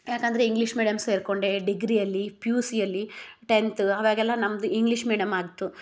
ಯಾಕಂದರೆ English medium ಸೇರ್ಕೊಂಡೇ ಡಿಗ್ರಿಯಲ್ಲಿ ಪಿ ಯು ಸಿಯಲ್ಲಿ ಟೆಂತ್ ಅವಾಗೆಲ್ಲಾ ನಮ್ದು ಇಂಗ್ಲೀಷ್ ಮೇಡ್ಯಮ್ ಆಗ್ತು